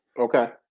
okay